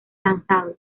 lanzados